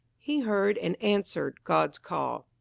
he heard and answered god's call.